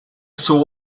saw